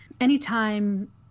anytime